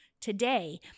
today